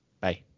Bye